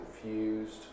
confused